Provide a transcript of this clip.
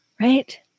right